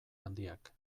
handiak